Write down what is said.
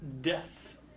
death